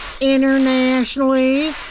internationally